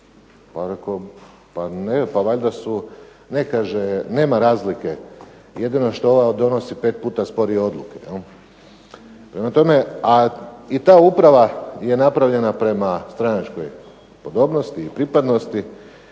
uprave. Ne, kaže, nema razlike. Jedino što ova donosi pet puta sporije odluke. A i ta uprava je napravljena prema stranačkoj podobnosti i pripadnosti,